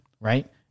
Right